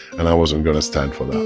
and i wasn't gonna stand for that